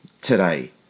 today